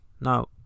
now